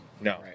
No